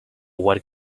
what